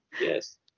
Yes